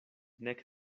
nek